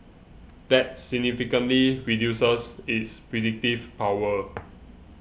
that significantly reduces its predictive power